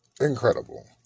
incredible